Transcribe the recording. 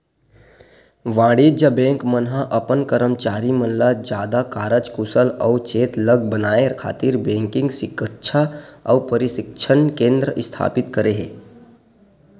वाणिज्य बेंक मन ह अपन करमचारी मन ल जादा कारज कुसल अउ चेतलग बनाए खातिर बेंकिग सिक्छा अउ परसिक्छन केंद्र इस्थापित करे हे